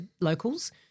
locals